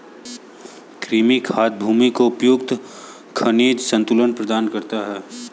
कृमि खाद भूमि को उपयुक्त खनिज संतुलन प्रदान करता है